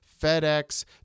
FedEx